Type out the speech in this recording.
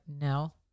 no